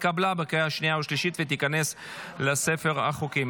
התקבלה בקריאות השנייה והשלישית ותיכנס לספר החוקים.